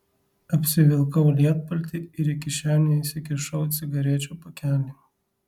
apsivilkau lietpaltį ir į kišenę įsikišau cigarečių pakelį